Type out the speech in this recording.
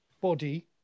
body